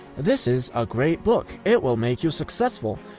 this is a great book. it will make you successful.